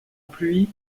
pluie